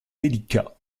délicat